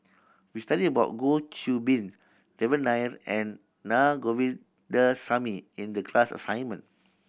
we studied about Goh Qiu Bin Devan Nair and Naa Govindasamy in the class assignment